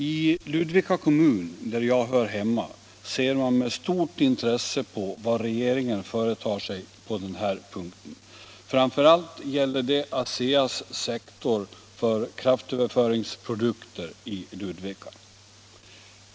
I Ludvika kommun, där jag hör hemma, ser man med stort intresse på vad regeringen företar sig på den här punkten. Framför allt gäller det ASEA:s sektor för kraftöverföringsprodukter i Ludvika.